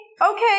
okay